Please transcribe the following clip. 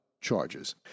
charges